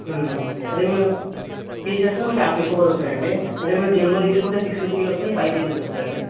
అయితే మీరు pieces family four వస్తాయి అండి అయితే మీరు జంబో తీసుకుంటే సిక్స్ ఫిఫ్టీ వస్తాయి ఫైవ్ పీసెస్ వస్తాయి అండి